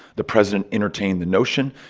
the president entertained the notion,